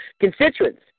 constituents